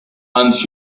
and